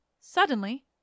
suddenly